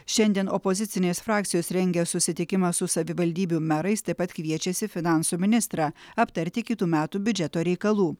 šiandien opozicinės frakcijos rengia susitikimą su savivaldybių merais taip pat kviečiasi finansų ministrą aptarti kitų metų biudžeto reikalų